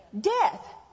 Death